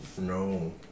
No